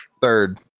Third